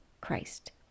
Christ